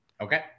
Okay